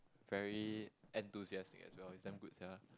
very enthusiastic as well it's damn good sia